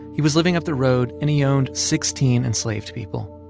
he was living up the road, and he owned sixteen enslaved people.